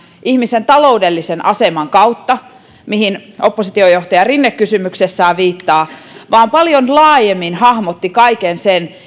ihmisen taloudellisen aseman kautta mihin oppositiojohtaja rinne kysymyksessään viittaa vaan paljon laajemmin hahmotti kaiken sen